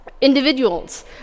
individuals